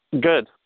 Good